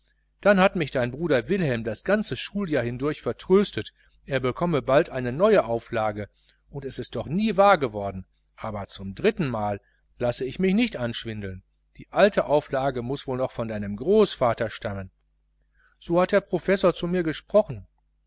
dann hat mich dein bruder wilhelm das ganze schuljahr hindurch vertröstet er bekomme bald eine neue auflage und es ist doch nie wahr geworden aber zum drittenmal lasse ich mich nicht anschwindeln die alte auflage muß wohl noch von deinem großvater stammen so hat der professor zu mir gesprochen